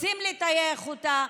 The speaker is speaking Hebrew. רוצים לטייח אותה,